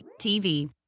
TV